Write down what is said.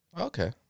okay